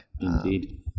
Indeed